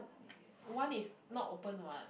one is not open what